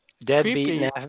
deadbeat